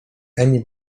emil